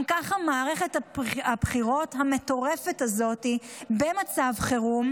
גם ככה מערכת הבחירות המטורפת הזאת במצב חירום,